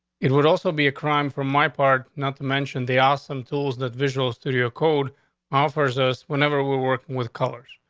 it would also be a crime from my part, not to mention the awesome tools that visual studio code offers us whenever we were working with colors.